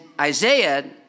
Isaiah